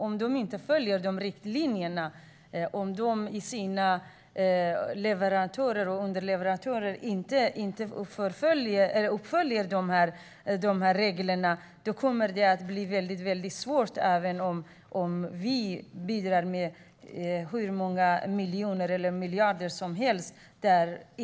Om de inte följer riktlinjerna och om deras leverantörer och underleverantörer inte uppfyller kraven och följer reglerna kommer det att bli väldigt svårt även om vi bidrar med hur många miljoner eller miljarder som helst.